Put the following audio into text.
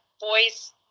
boys